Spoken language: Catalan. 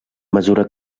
mesura